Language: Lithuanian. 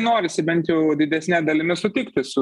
norisi bent jau didesne dalimi sutikti su